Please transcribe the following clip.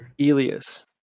elias